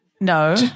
No